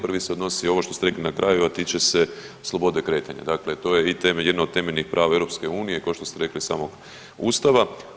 Prvi se odnosi ovo što ste rekli na kraju, a tiče se slobode kretanja, dakle to je i temelj, jedna od temeljnih prava EU, košto ste rekli i samog ustava.